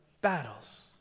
battles